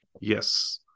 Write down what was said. yes